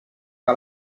que